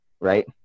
right